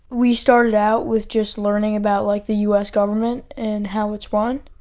we started out with just learning about like, the us government and how it's run.